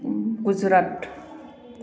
Gujarat